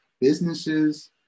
businesses